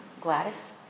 Gladys